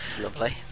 Lovely